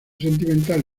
sentimental